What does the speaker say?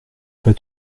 pas